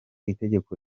itegeko